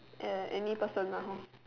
uh any person lah hor